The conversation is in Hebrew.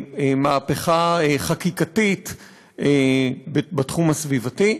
מהפכה חקיקתית בתחום הסביבתי,